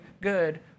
good